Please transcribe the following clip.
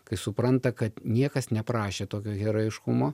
kai supranta kad niekas neprašė tokio herojiškumo